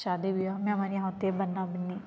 शादी विवाह में हमारे यहाँ होती है बन्ना बन्नी